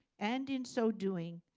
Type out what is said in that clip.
and in so doing,